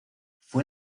fue